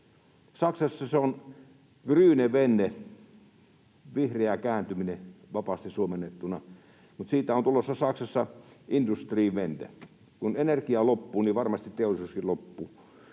Saksassa se on grüne wende — vihreä kääntyminen vapaasti suomennettuna — mutta siitä on tulossa Saksassa industriewende. Kun energia loppuu, niin varmasti teollisuuskin loppuu.